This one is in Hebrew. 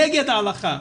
נגד ההלכה,